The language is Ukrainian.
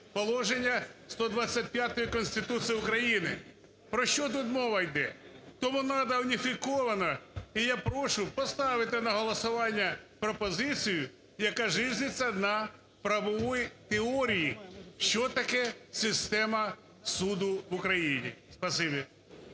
положення 125 Конституції України. Про що тут мова йде? Тому треба уніфікована, і я прошу поставити на голосування пропозицію, яказиждется на "правовой теории", що таке система суду в Україні.